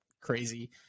crazy